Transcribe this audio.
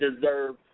deserve